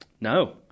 No